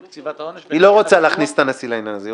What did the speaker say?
קציבת העונש --- היא לא רוצה להכניס את הנשיא לעניין הזה.